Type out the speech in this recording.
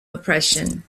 oppression